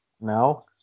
now